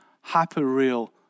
hyper-real